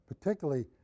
particularly